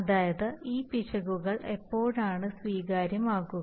അതായത് ഈ പിശകുകൾ എപ്പോഴാണ് സ്വീകാര്യമാകുക